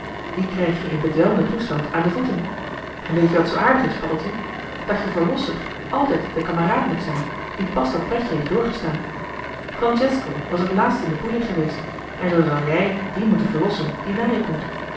die krijg je in bedwelmden toestand aan de voeten en weet-je wat zoo aardig is paddeltje dat je verlosser altijd de kameraad moet zijn die pas dat pretje heeft doorgestaan francesco was het laatst in de boeien geweest en zoo zal jij dien moeten verlossen die na je komt